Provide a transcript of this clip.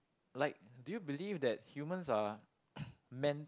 like do you believe that humans are meant